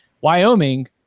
Wyoming